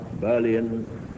Berlin